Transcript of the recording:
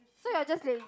so you're just lazy